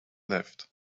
left